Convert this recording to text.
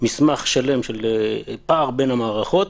מסמך שלם של פער בין המערכות,